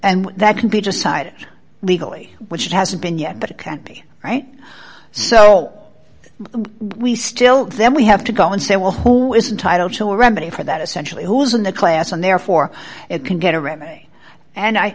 and that can be just cited legally which it hasn't been yet but it can't be right so we still then we have to go and say well who is entitle to a remedy for that essentially who's in the class and therefore it can get around me and